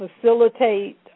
facilitate